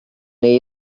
neu